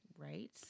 Right